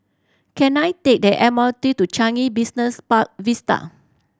can I take the M R T to Changi Business Park Vista